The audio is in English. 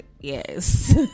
Yes